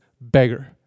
beggar